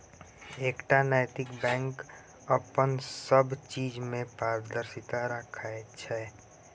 एकटा नैतिक बैंक अपन सब चीज मे पारदर्शिता राखैत छै